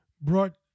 brought